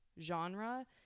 genre